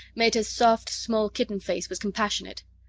meta's soft small kitten-face was compassionate.